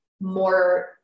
more